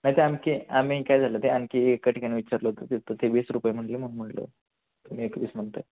नाही ते आमकी आम्ही काय झालं ते आणखी एका ठिकाणी विचारलं होतं तिथं ते वीस रुपये म्हणाले म्हणून म्हटलं तुम्ही एक वीस म्हणताय